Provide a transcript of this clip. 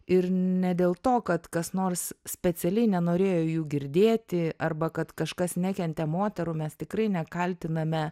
ir ne dėl to kad kas nors specialiai nenorėjo jų girdėti arba kad kažkas nekentė moterų mes tikrai nekaltiname